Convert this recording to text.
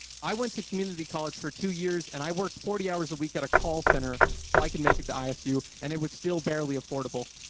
i went to community college for two years and i worked forty hours a week at a call center so i could make it to isu and it was still barely affordable.